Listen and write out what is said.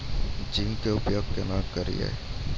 Zinc के उपयोग केना करये?